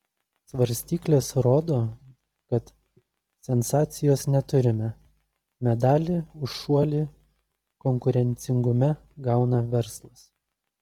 svarstyklės rodo kad sensacijos neturime medalį už šuolį konkurencingume gauna verslas